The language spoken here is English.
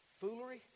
foolery